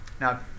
Now